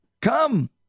come